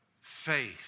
faith